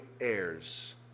heirs